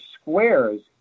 squares